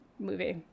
movie